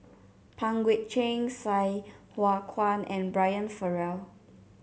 Pang Guek Cheng Sai Hua Kuan and Brian Farrell